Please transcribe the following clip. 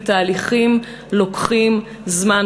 ותהליכים לוקחים זמן,